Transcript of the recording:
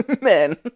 men